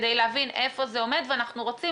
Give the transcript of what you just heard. כדי להבין איפה זה עומד ואנחנו רוצים